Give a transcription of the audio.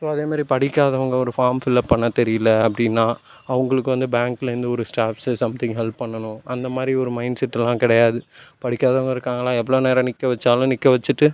so அதே மாதிரி படிக்காதவங்கள் ஒரு ஃபார்ம் ஃபில்அப் பண்ண தெரியிலை அப்படின்னா அவங்களுக்கு வந்து பேங்க்லேருந்து ஒரு ஸ்டாஃப்ஸ் சம்திங் ஹெல்ப் பண்ணனும் அந்த மாதிரி ஒரு மைன்ட் செட்டெல்லாம் கிடையாது படிக்காதவங்கள் இருக்காங்களா எவ்வளோ நேரம் நிற்க வச்சாலும் நிற்க வச்சுட்டு